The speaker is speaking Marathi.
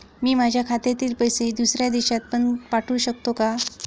मी माझ्या खात्यातील पैसे दुसऱ्या देशात पण पाठवू शकतो का?